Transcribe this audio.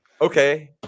okay